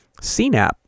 CNAP